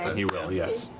ah he will, yes.